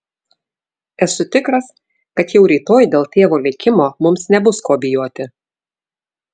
esu tikras kad jau rytoj dėl tėvo likimo mums nebus ko bijoti